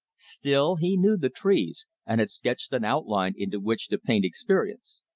still he knew the trees, and had sketched an outline into which to paint experience.